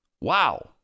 Wow